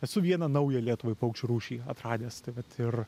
esu vieną naują lietuvai paukščių rūšį atradęs tai vat ir